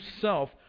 self